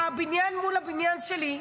תחשוב שזה הבניין מול הבניין שלי.